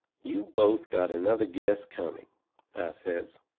you both got another guess coming, i says.